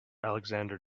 alexander